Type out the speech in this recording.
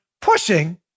pushing